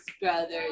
brother's